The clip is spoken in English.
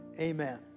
Amen